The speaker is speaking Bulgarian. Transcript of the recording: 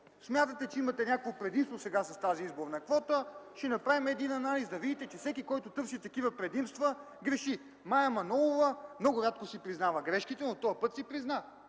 смятате, че имате някакво предимство сега с тази изборна квота, но ще направим един анализ и ще видите, че всеки, който търси такива предимства – греши. Мая Манолова много рядко си признава грешките, но този път си призна,